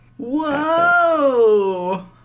Whoa